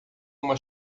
uma